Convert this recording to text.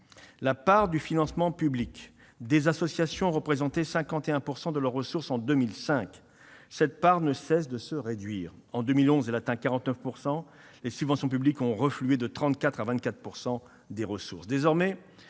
La part du financement public des associations représentait 51 % de leurs ressources en 2005. Cette part ne cesse de se réduire. En 2011, elle atteint 49 %. Les subventions publiques ont reflué de 34 % à 24 % des ressources.